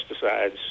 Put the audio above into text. pesticides